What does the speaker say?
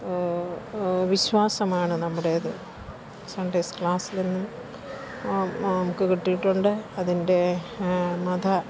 വിശ്വാസമാണ് നമ്മുടേത് സൺഡേസ് ക്ലാസിലെന്നും നമുക്കു കിട്ടിയിട്ടുണ്ട് അതിൻ്റെ മത